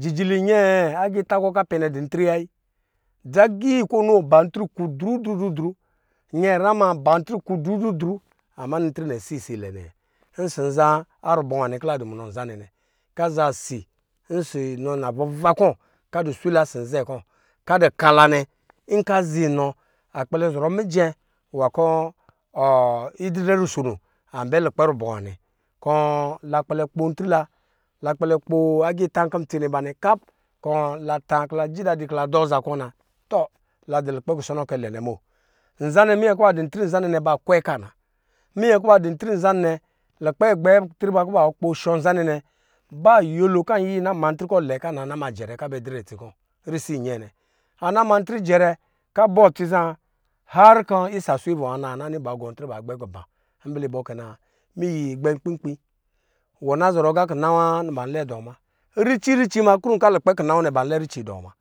Jijili nyɛɛ agilta kɔ kɔ apɛ nɛ adɔ ntri wayi, dza gii kɔ ɔ no ba ntri ku dru dru dru nyanyra ma aba ntri ku dru dru dru ama nɔ ntri nɛ si isa isilɛ nɛ? Ɔsɔ nza arubɔ nwa nɛ kɔ la dɔ munɔ nzanɛ nɛ hkɔ azaa osi ɔsɔ inɔ navuva kɔ kɔ dɔ swila ɔsɔ nzɛ kɔ kɔ a dɔ kala nɛ, nkɔ aza inɔ akpɛlɛ zɔrɔ mijɛ nwan kɔ ɔ idridrɛ ruso no abɛ lukpɛ rubɔ nwa nɛ kɔ la kpɛlɛ kpo ntri la, la kpɛlɛ kpo agita kɔ ntsene ba nɛ kap, kɔ la ta kɔ la dɔ aza kɔ tɔ la dɔ lukpɛ kusɔnɔ kɛ lɛ nɛ bo, nzanɛ minyɛ kɔ ba dɔ ntri lɛ nɛ ba dɔ kwɛ haana, minyɛ kɔ ba dɔ ntri nzanɛ lukpɛ agbɛɛn tri ba kɔ ba kpo shɔ nzanɛ nɛ ba nyɛlo kɔ anagbi kɔ ana ma ntri kɔ ama jɛrɛ kɔ a bɛ kɔɔ ana shishɔ itsi risi inyɛɛ nɛ, ana ma ntri jɛrɛ kɔ abɔɔ itsi zaa har kɔ isa asɔ ivɔ anaa ana nini ba gɔ ntri gɔɔguba, mbɛlɛ ibɔ kɛna miyi gbɛnkpi kpi rici rici ma krun ku a dɔ lukpɛ kina mɛɔ nɛ ba n lɛ rici dɔɔ ma.